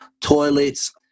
toilets